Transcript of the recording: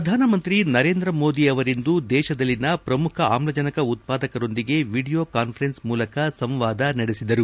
ಪ್ರಧಾನಮಂತ್ರಿ ನರೇಂದ್ರ ಮೋದಿ ಅವರಿಂದು ದೇಶದಲ್ಲಿನ ಪ್ರಮುಖ ಆಮ್ಜನಕ ಉತ್ಪಾದಕರೊಂದಿಗೆ ವಿಡಿಯೋ ಕಾನ್ವರೆನ್ಸ್ ಮೂಲಕ ಸಂವಾದ ನಡೆಸಿದರು